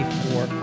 four